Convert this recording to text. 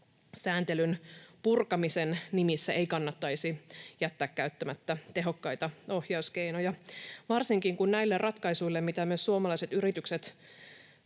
Sääntelyn purkamisen nimissä ei kannattaisi jättää käyttämättä tehokkaita ohjauskeinoja, varsinkin kun näille ratkaisuille, mitä myös suomalaiset yritykset